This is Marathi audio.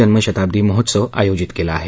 जन्मशताब्दी महोत्सव आयोजित केला आहे